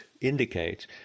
indicate